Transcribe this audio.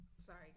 sorry